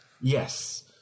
yes